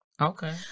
okay